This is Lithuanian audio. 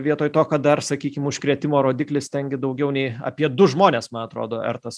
vietoj to kad dar sakykim užkrėtimo rodiklis ten gi daugiau nei apie du žmonės man atrodo vertas